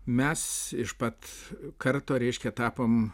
mes iš pat karto reiškia tapom